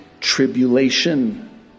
tribulation